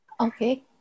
Okay